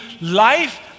life